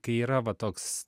kai yra va toks